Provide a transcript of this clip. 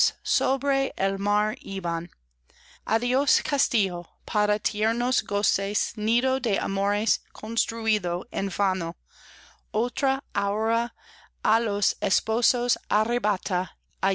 iban adiós castillo para tiernos goces nido de amores construido en vano otra aura á los esposos arrebata